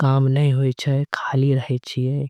काम नई होय छीये।